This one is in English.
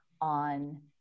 on